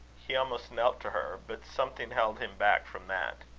he almost knelt to her but something held him back from that.